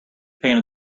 painted